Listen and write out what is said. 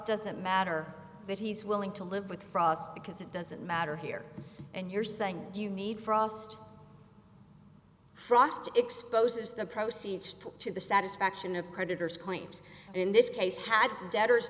us doesn't matter that he's willing to live with frost because it doesn't matter here and you're saying do you need frost frost exposes the proceeds to the satisfaction of creditors claims and in this case had debtors